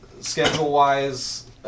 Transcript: schedule-wise